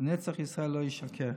ונצח ישראל לא ישקר.